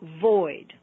void